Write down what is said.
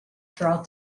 throughout